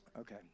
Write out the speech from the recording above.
Okay